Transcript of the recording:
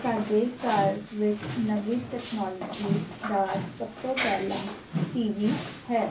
ਸਾਡੇ ਘਰ ਵਿੱਚ ਨਵੀਂ ਟੈਕਨੋਲੋਜੀ ਦਾ ਸਭ ਤੋਂ ਪਹਿਲਾਂ ਟੀ ਵੀ ਹੈ